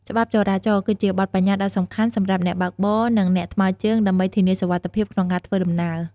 ច្បាប់ចរាចរណ៍គឺជាបទប្បញ្ញត្តិដ៏សំខាន់សម្រាប់អ្នកបើកបរ និងអ្នកថ្មើរជើងដើម្បីធានាសុវត្ថិភាពក្នុងការធ្វើដំណើរ។